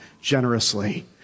generously